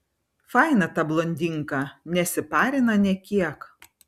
faina ta blondinka nesiparina nė kiek